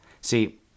See